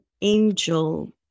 angel